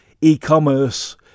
e-commerce